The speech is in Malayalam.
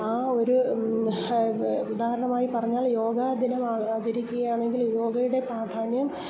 ആ ഒരു ഉദാഹരണമായി പറഞ്ഞാൽ യോഗ ദിനം ആചരിക്കുകയാണെങ്കിൽ യോഗയുടെ പ്രാധാന്യം